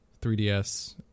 3DS